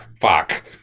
fuck